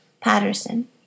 Patterson